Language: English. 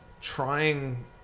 trying